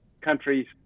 countries